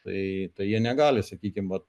tai jie negali sakykim vat